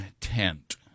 tent